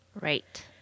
Right